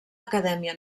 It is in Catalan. acadèmia